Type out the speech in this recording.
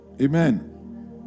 Amen